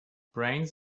brains